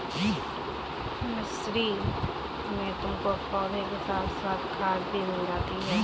nursery में तुमको पौधों के साथ साथ खाद भी मिल सकती है